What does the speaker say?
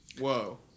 Whoa